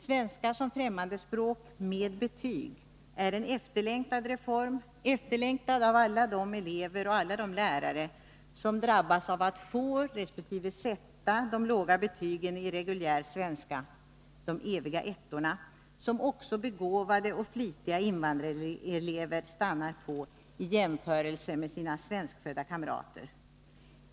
Svenska som främmande språk med betyg är en efterlängtad reform, efterlängtad av alla de elever.och lärare som drabbas av att få resp. sätta de låga betygen i reguljär svenska — de eviga ettorna — som också begåvade och flitiga invandrarelever stannar på i jämförelse med sina svenskfödda kamrater.